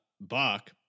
Buck